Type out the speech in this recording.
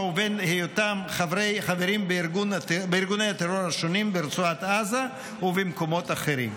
ובין היותם חברים בארגוני הטרור השונים ברצועת עזה ובמקומות אחרים.